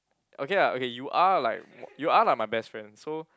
okay lah okay you are like you are like my best friend so